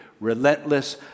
relentless